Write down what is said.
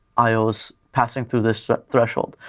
ios passing through this threshold.